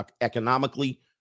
economically